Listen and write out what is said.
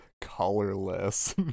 colorless